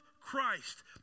Christ